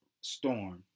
storm